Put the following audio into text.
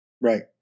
Right